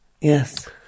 Yes